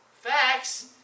facts